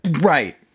Right